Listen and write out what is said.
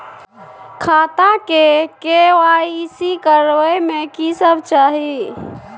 खाता के के.वाई.सी करबै में की सब चाही?